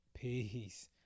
Peace